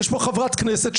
יש פה חברת כנסת,